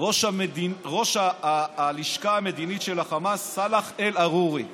ראש הלשכה המדינית של החמאס סאלח אל-עארורי.